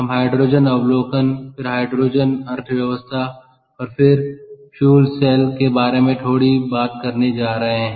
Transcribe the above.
हम हाइड्रोजन अवलोकन फिर हाइड्रोजन अर्थव्यवस्था और फिर फ्यूल सेल के बारे में थोड़ी बात करने जा रहे हैं